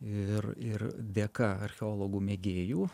ir ir dėka archeologų mėgėjų